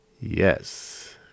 Yes